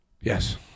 Yes